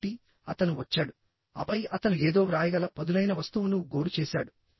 కాబట్టి అతను వచ్చాడు ఆపై అతను ఏదో వ్రాయగల పదునైన వస్తువును గోరు చేశాడు